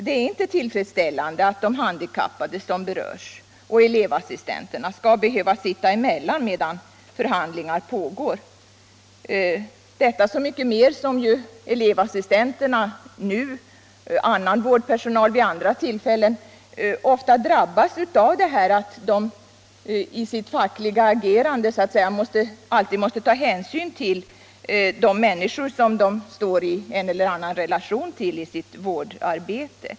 Det är inte tillfredsställande att de handikappade som berörs och elevassistenterna skall behöva sitta emellan medan förhandlingar pågår — detta så mycket mer som elevassistenterna nu och annan vårdpersonal vid andra tillfällen ofta drabbas av det förhållandet att de i sitt fackliga agerande alltid måste ta hänsyn till de människor som de står i en eller annan relation till i sitt vårdarbete.